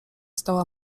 stała